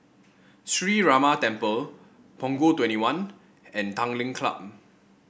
Sree Ramar Temple Punggol Twenty one and Tanglin Club